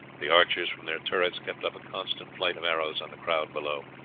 the archers from their turrets kept up a constant flight of arrows on the crowd below.